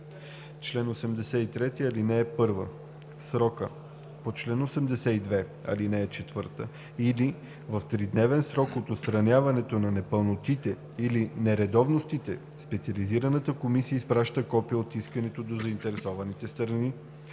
чл. 83: „Чл. 83. (1) В срока по чл. 82, ал. 4 или в 3-дневен срок от отстраняването на непълнотите или нередовностите специализираната комисия изпраща копие от искането до заинтересованите страни,